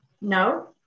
No